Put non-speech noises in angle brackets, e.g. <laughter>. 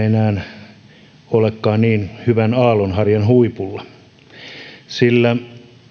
<unintelligible> enää olekaan niin hyvän aallonharjan huipulla